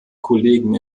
kollegen